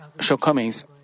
shortcomings